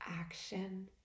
action